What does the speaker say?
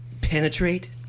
penetrate